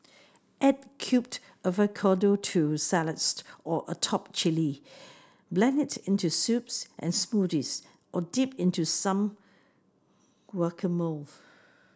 add cubed avocado to salads or atop chilli blend it into soups and smoothies or dip into some guacamole